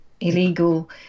illegal